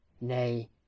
nay